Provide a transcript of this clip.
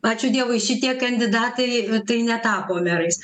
ačiū dievui šitie kandidatai tai netapo merais